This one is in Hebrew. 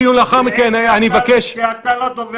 הוא אומר דברים דרמטיים, חשוב להקשיב להם.